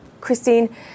Christine